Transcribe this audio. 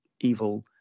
evil